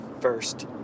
first